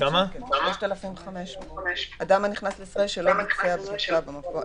הקנס הוא 3,500 שקל לאדם הנכנס לישראל שלא מבצע בדיקה במקום,